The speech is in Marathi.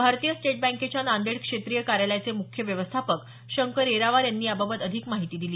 भारतीय स्टेट बँकेच्या नांदेड क्षेत्रीय कार्यालयाचे मुख्य व्यवस्थापक शंकर येरावार यांनी याबाबत अधिक माहिती दिली